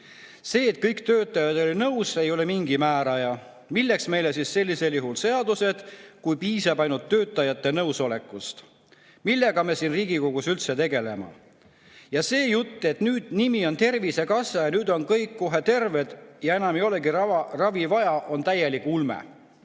See, et kõik töötajad olid nõus, ei ole mingi määraja. Milleks meile siis sellisel juhul seadused, kui piisab ainult töötajate nõusolekust? Millega me siin Riigikogus üldse tegeleme? Ja see jutt, et nüüd on nimi Tervisekassa ja nüüd on kõik kohe terved ja enam ei olegi ravi vaja, on täielik ulme.